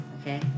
Okay